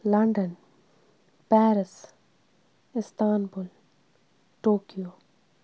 London Paris Istanbul Tokyo